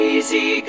Easy